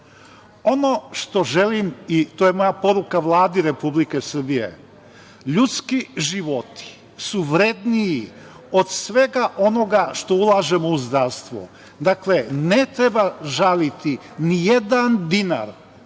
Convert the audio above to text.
što želim, i to je moja poruka Vladi Republike Srbije, ljudski životi su vredniji od svega onoga što ulažemo u zdravstvo. Ne treba žaliti nijedan dinar,